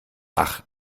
ach